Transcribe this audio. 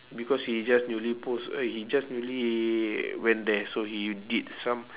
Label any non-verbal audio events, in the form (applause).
because he just newly post uh he just newly (noise) went there so he did some